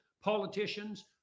politicians